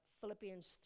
Philippians